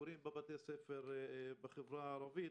הביקורים בבתי הספר בחברה הערבית,